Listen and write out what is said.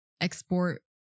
export